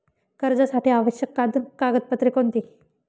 कर्जासाठी आवश्यक कागदपत्रे कोणती?